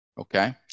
Okay